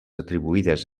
atribuïdes